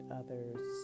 others